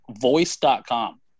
voice.com